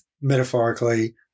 metaphorically